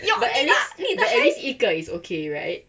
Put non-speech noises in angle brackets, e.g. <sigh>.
your <noise>